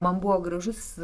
man buvo gražus